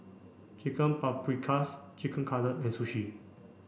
Chicken Paprikas Chicken Cutlet and Sushi